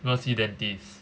go see dentist